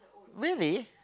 really